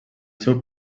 seu